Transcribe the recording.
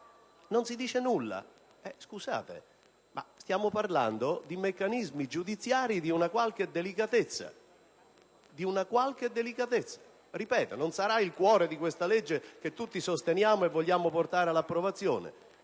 non si dice nulla. Scusate, ma stiamo parlando di meccanismi giudiziari di una qualche delicatezza; ripeto, non sarà il cuore di questa legge che tutti sosteniamo e vogliamo portare all'approvazione,